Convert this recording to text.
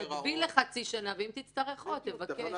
לחצי שנה, ואם תצטרך עוד, תבקש.